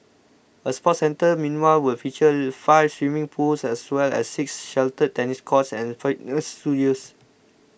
a sports centre meanwhile will feature five swimming pools as well as six sheltered tennis courts and fitness studios